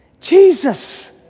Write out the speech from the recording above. Jesus